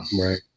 Right